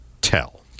tell